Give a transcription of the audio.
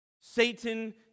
Satan